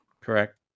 Correct